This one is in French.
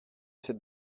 cette